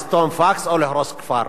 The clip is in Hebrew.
לסתום פקס או להרוס כפר?